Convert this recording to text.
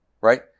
right